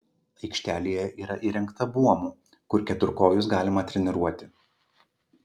aikštelėje yra įrengta buomų kur keturkojus galima treniruoti